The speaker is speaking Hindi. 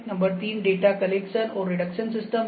नंबर 3 डेटा कलेक्शन और रिडक्शन सिस्टम है